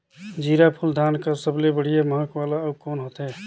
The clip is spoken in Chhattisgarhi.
जीराफुल धान कस सबले बढ़िया महक वाला अउ कोन होथै?